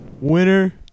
Winner